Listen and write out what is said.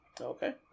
okay